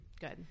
Good